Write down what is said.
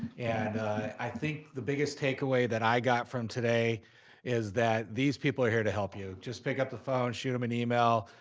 and i think the biggest takeaway that i got from today is that these people are here to help you. just pick up the phone, shoot em an email.